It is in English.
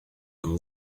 when